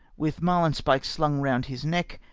with maiiiiispike slung round his neck,